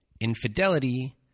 infidelity